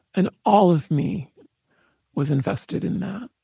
and all of me was invested in that